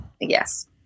Yes